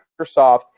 Microsoft